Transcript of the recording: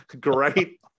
great